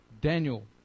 Daniel